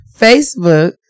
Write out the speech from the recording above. Facebook